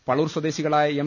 പളളൂർ സ്വദേശികളായ എം